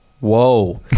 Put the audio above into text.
Whoa